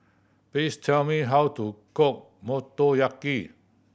please tell me how to cook Motoyaki